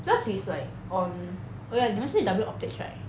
yours is like on oh ya 你们是 W optics right